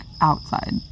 outside